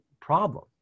problem